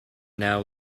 now